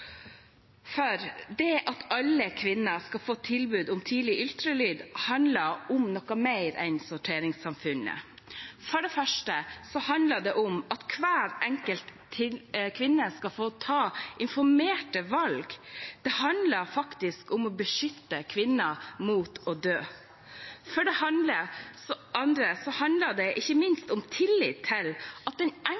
Det at alle kvinner skal få tilbud om tidlig ultralyd, handler om noe mer enn sorteringssamfunnet. For det første handler det om at hver enkelt kvinne skal få ta informerte valg. Det handler faktisk om å beskytte kvinner mot å dø. For det andre handler det ikke